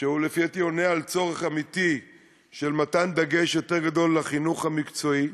שלפי דעתי עונה על צורך אמיתי של מתן דגש יותר גדול על החינוך המקצועי.